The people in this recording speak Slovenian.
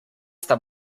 sta